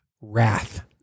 wrath